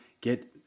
get